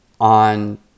on